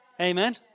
Amen